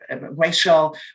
racial